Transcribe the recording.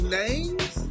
names